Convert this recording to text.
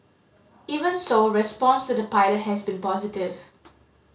even so response to the pilot has been positive